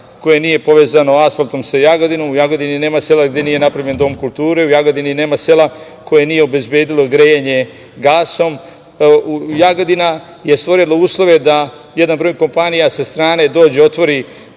koje nije povezano asfaltom sa Jagodinom. U Jagodini nema sela gde nije napravljen dom kulture. U Jagodini nema sela koje nije obezbedilo grejanje gasom. Jagodina je stvorila uslove da jedan broj kompanija sa strane dođe i otvori